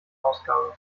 ausgabe